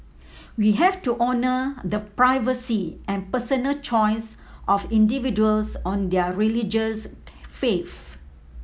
we have to honour the privacy and personal choice of individuals on their religious faith